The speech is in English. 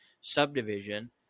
subdivision